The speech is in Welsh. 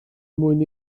mwyn